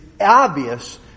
obvious